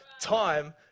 time